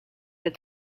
that